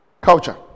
culture